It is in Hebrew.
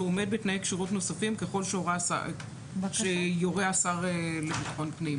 "שהוא עומד בתנאי כשירות נוספים ככל שיורה השר לביטחון לאומי".